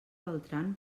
beltran